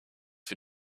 für